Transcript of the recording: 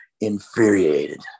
infuriated